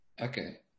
Okay